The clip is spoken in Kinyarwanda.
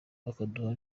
bakaduha